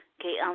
Okay